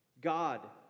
God